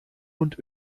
und